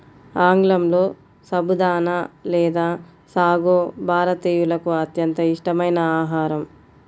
ఆంగ్లంలో సబుదానా లేదా సాగో భారతీయులకు అత్యంత ఇష్టమైన ఆహారం